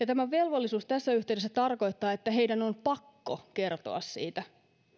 tämä velvollisuus tässä yhteydessä tarkoittaa että heidän on pakko kertoa siitä